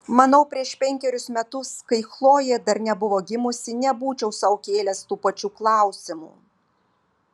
manau prieš penkerius metus kai chlojė dar nebuvo gimusi nebūčiau sau kėlęs tų pačių klausimų